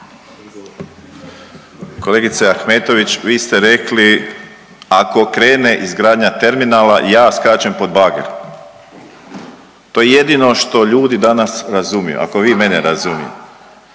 Kolegice Ahmetović vi ste rekli ako krene izgradnja terminala ja skačem pod bager, to je jedino što ljudi danas razumiju, ako vi mene razumijete.